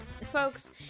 Folks